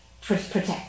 protect